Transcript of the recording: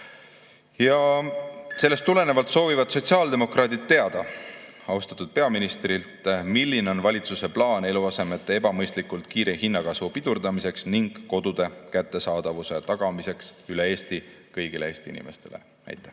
Sellest tulenevalt soovivad sotsiaaldemokraadid teada austatud peaministrilt, milline on valitsuse plaan eluasemete hinna ebamõistlikult kiire kasvu pidurdamiseks ning kodude kättesaadavuse tagamiseks üle Eesti kõigile Eesti inimestele. Aitäh!